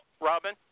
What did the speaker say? Robin